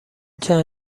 چند